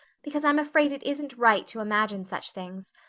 because i'm afraid it isn't right to imagine such things.